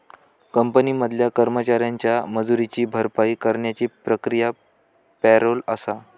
company मधल्या कर्मचाऱ्यांच्या मजुरीची भरपाई करण्याची प्रक्रिया पॅरोल आसा